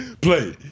Play